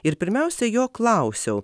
ir pirmiausia jo klausiau